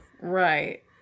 Right